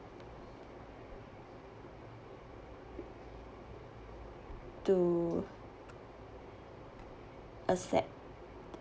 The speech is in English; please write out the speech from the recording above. to accept